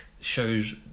shows